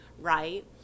right